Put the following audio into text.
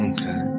Okay